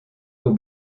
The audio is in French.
aux